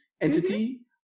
entity